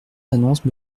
d’annonces